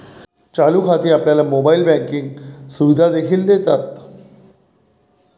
चालू खाती आपल्याला मोबाइल बँकिंग सुविधा देखील देतात